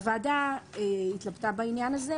הוועדה התלבטה בעניין הזה,